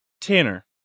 Tanner